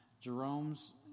Jerome's